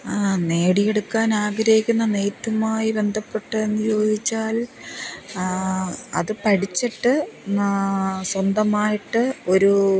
ആ നേടിയെടുക്കാനാഗ്രഹിക്കുന്ന നെയ്ത്തുമായി ബന്ധപ്പെട്ട് എന്ന് ചോദിച്ചാല് അത് പഠിച്ചിട്ട് സ്വന്തമായിട്ട് ഒരു